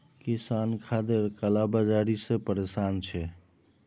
किसान खादेर काला बाजारी से परेशान छे